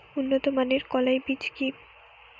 উন্নত মানের কলাই বীজ কি?